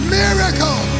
miracle